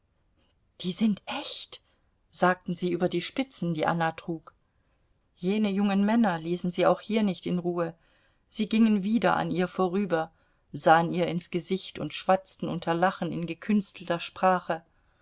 die sind echt sagten sie über die spitzen die anna trug jene jungen männer ließen sie auch hier nicht in ruhe sie gingen wieder an ihr vorüber sahen ihr ins gesicht und schwatzten unter lachen in gekünstelter sprache